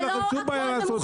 אין לכם שום בעיה לעשות את זה.